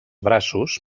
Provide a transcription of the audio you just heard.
braços